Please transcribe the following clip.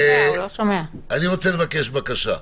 (היו"ר יעקב אשר 14:10) אני רוצה לבקש בקשה.